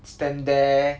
stand there